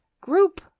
group